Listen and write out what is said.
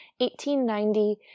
1890